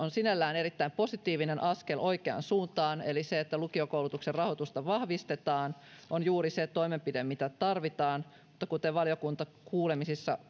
on sinällään erittäin positiivinen askel oikeaan suuntaan eli se että lukiokoulutuksen rahoitusta vahvistetaan on juuri se toimenpide mitä tarvitaan mutta kuten valiokuntakuulemisissa